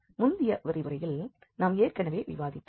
முந்தைய விரிவுரையில் நாம் ஏற்கனவே விவாதித்தோம்